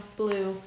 blue